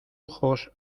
ojos